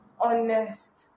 honest